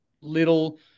little